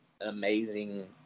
amazing